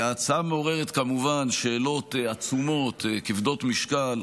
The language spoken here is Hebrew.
ההצעה מעוררת כמובן שאלות עצומות, כבדות משקל,